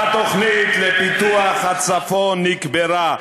התוכנית לפיתוח הצפון נקברה.